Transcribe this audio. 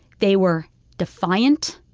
they were defiant,